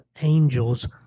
angels